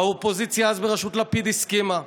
והאופוזיציה אז, בראשות לפיד, הסכימה.